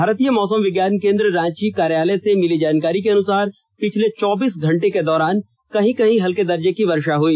भारतीय मौसम विज्ञान केंद्र रांची कार्यालय से मिली जानकारी के अनुसार पिछले चौबीस घंटे के दौरान कहीं कहीं हल्के दर्जे की वर्षा हुई